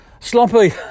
Sloppy